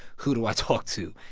who do i talk to?